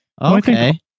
okay